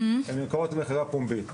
הן נמכרות במכירה פומבית.